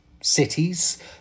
cities